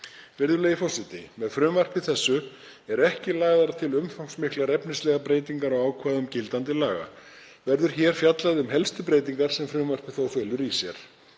Virðulegi forseti. Með frumvarpinu eru ekki lagðar til umfangsmiklar efnislegar breytingar á ákvæðum gildandi laga. Verður hér fjallað um helstu breytingar sem frumvarpið felur í sér.